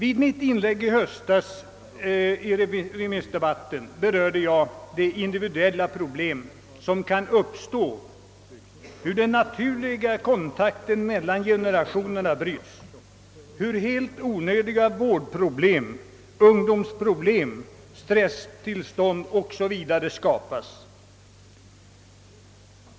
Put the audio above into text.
I mitt inlägg i höstens remissdebatt berörde jag de individuella problem som kan uppstå, hur den naturliga kontakten mellan generationerna bryts, hur helt onödiga vårdproblem, ungdomsproblem, stresstillstånd o.s.v. skapas.